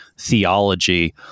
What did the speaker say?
theology